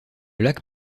lac